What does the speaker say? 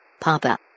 Papa